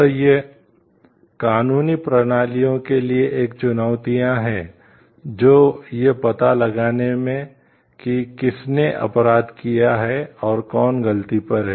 तो यह कानूनी प्रणालियों के लिए नई चुनौतियां हैं जो यह पता लगाने में कि किसने अपराध किया है और कौन गलती पर है